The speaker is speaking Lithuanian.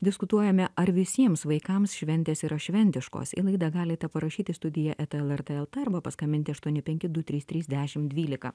diskutuojame ar visiems vaikams šventės yra šventiškos į laidą galite parašyti studija eta lrt lt arba paskambinti aštuoni penki du trys trys dešim dvylika